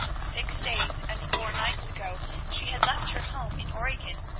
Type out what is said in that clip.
six days and four nights ago she had left her home in oregon,